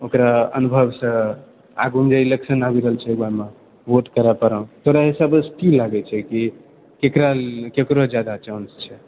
ओकरा अनुभवसँ आगूमे जे इलेक्शन आबि रहल छै ओकरामे वोट करऽ पड़ऽ तोरा हिसाबसँ की लागै छै कि केकरा केकरा जादा चांस छै